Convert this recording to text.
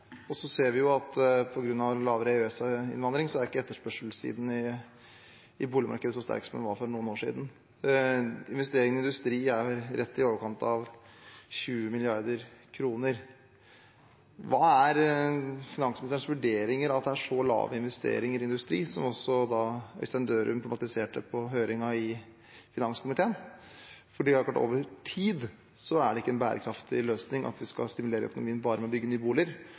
boligmarkedet så sterk som den var for noen år siden. Investeringene i industri er rett i overkant av 20 mrd. kr. Hva er finansministerens vurderinger av at det er så lav investering i industri, noe også Øystein Dørum problematiserte på høringen i finanskomiteen? Det er klart at det over tid ikke er en bærekraftig løsning at vi skal stimulere økonomien bare ved å bygge nye boliger.